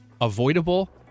avoidable